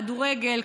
כדורגל,